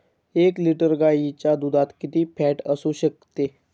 एक लिटर गाईच्या दुधात किती फॅट असू शकते?